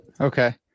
Okay